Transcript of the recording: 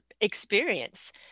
experience